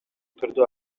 түрдө